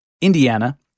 Indiana